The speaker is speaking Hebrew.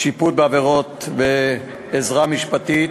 שיפוט בעבירות ועזרה משפטית)